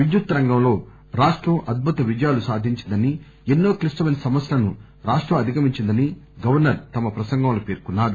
విద్యుత్ రంగంలో రాష్టం అధ్వుత విజయాలు సాధించిందని ఎన్నో క్లిష్టమెన సమస్యలను రాష్టం అధిగమించిందని గవర్సర్ తమ ప్రసంగంలో తెలిపారు